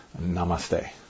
Namaste